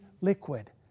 liquid